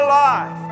life